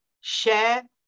share